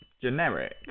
generic